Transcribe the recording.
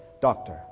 doctor